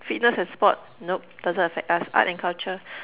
fitness and sports nope doesn't affect us art and culture